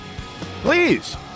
Please